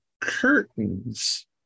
curtains